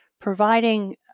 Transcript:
providing